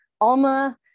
ALMA